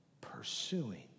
pursuing